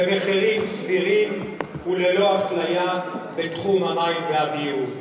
במחירים סבירים וללא אפליה בתחום המים והביוב.